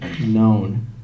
known